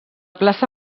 plaça